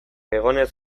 egonez